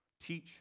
teach